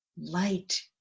Light